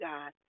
God